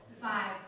Five